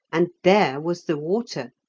and there was the water.